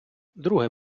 друге